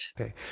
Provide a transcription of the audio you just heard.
Okay